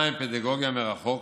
2. פדגוגיה מרחוק.